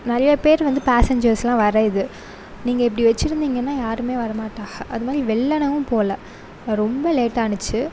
நிறையா பேரு வந்து பேசஞ்சர்ஸ்லான் வர இது நீங்கள் இப்படி வச்சு இருந்தீங்கனா யாருமே வர மாட்டாக அதுமாதிரி வெள்ளனவும் போகல ரொம்ப லேட் ஆகிச்சு